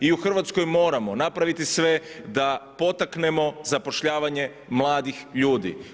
I u Hrvatskoj moramo napraviti sve da potaknemo zapošljavanje mladih ljudi.